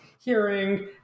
hearing